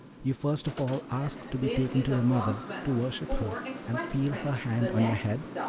you first of all ask to be taken to the mother to worship her and feel her hand on your head?